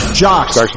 jocks